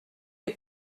est